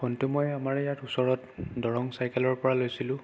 ফোনটো মই আমাৰ ইয়াত এই ওচৰত দৰং চাইকেলৰ পৰা লৈছিলোঁ